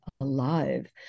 alive